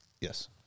Yes